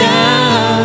now